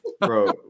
Bro